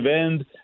end